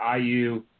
IU